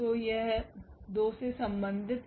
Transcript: तो यह 2 से संबंधित है